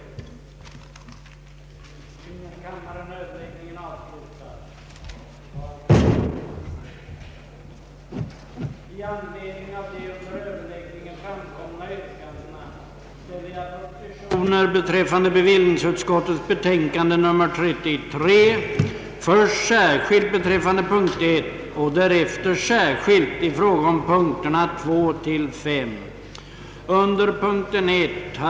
att enligt hans uppfattning flertalet röstat för ja-propositionen. kommunala fastighetsskatten eller i andra hand att sänka repartitionstalet till 1 procent;